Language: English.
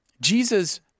Jesus